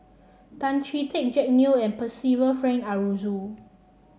Tan Chee Teck Jack Neo and Percival Frank Aroozoo